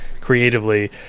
creatively